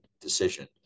decision